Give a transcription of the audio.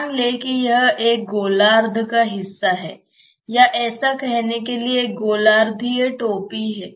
मान लें कि यह एक गोलार्ध का हिस्सा है या ऐसा कहने के लिए एक गोलार्धीय टोपी है